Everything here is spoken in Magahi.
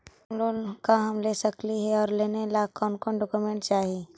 होम लोन का हम ले सकली हे, और लेने ला कोन कोन डोकोमेंट चाही?